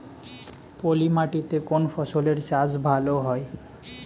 পলি মাটিতে কোন ফসলের চাষ ভালো হয়?